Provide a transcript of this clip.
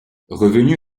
revenu